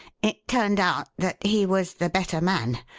it turned out that he was the better man,